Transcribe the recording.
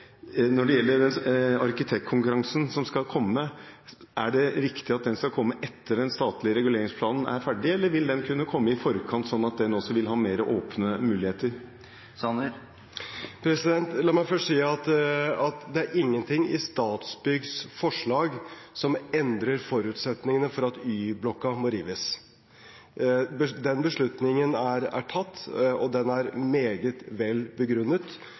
Når det gjelder arkitektkonkurransen som skal komme, er det riktig at den skal komme etter at den statlige reguleringsplanen er ferdig, eller vil den kunne komme i forkant, slik at den også vil ha mer åpne muligheter? La meg først si at det er ingenting i Statsbyggs forslag som endrer forutsetningene for at Y-blokka må rives. Den beslutningen er tatt, og den er meget vel begrunnet.